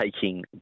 taking